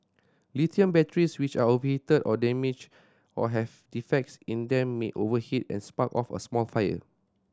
lithium batteries which are overheated or damage or have defects in them may overheat and spark off a small fire